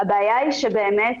הבעיה היא שבאמת